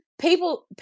People